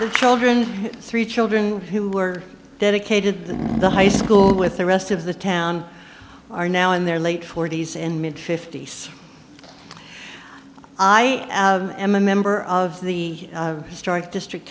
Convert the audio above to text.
the children three children who were dedicated to the high school with the rest of the town are now in their late forty's in mid fifty's i am a member of the historic district